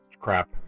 crap